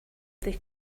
they